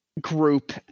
group